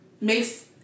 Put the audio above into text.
makes